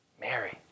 Mary